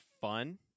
fun